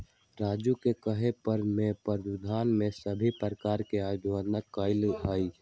राजू के कहे पर मैं पशुधन के सभी प्रकार पर अध्ययन कैलय हई